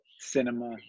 cinema